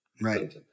Right